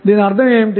దాని అర్థం ఏమిటి